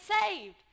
saved